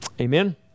Amen